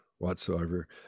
whatsoever